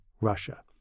Russia